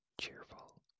cheerful